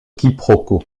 quiproquo